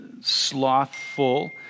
slothful